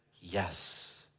Yes